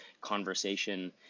conversation